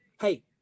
Hey